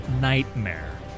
Nightmare